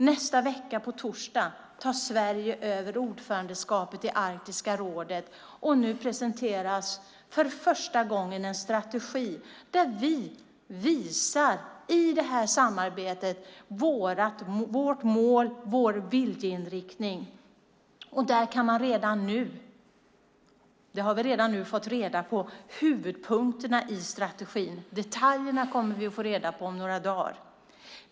Nästa vecka, på torsdag, tar Sverige över ordförandeskapet i Arktiska rådet och nu presenteras för första gången en strategi där vi i det här samarbetet visar vårt mål och vår viljeinriktning. Vi har redan nu fått reda på huvudpunkterna i strategin. Detaljerna kommer vi att få reda på om några dagar.